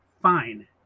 Fine